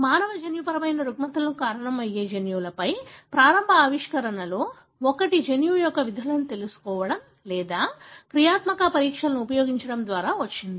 మానవ జన్యుపరమైన రుగ్మతలకు కారణమయ్యే జన్యువులపై ప్రారంభ ఆవిష్కరణలలో ఒకటి జన్యువు యొక్క విధులను తెలుసుకోవడం లేదా క్రియాత్మక పరీక్షలను ఉపయోగించడం ద్వారా వచ్చింది